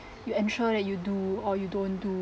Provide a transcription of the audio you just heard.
you ensure that you do or you don't do